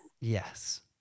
Yes